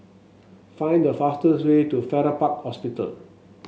find the fastest way to Farrer Park Hospital